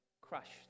crushed